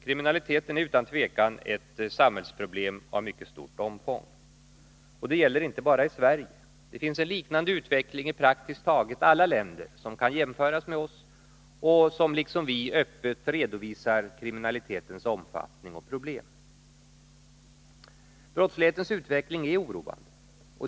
Kriminaliteten är utan tvivel ett samhällsproblem av mycket stort omfång. Det gäller inte bara i Sverige. Det finns en liknande utveckling i praktiskt taget alla länder som kan jämföras med oss och som liksom vi öppet redovisar kriminalitetens omfattning och problem. Brottslighetens utveckling är oroande.